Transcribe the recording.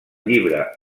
llibre